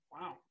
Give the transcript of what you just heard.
Wow